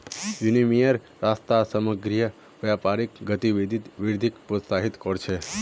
विनिमयेर रास्ता समग्र व्यापारिक गतिविधित वृद्धिक प्रोत्साहित कर छे